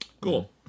Cool